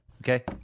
Okay